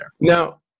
now